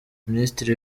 minisitiri